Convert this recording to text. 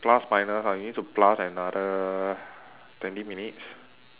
plus minus ah you need to plus another twenty minutes